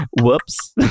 whoops